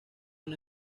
una